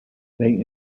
they